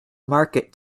market